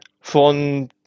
von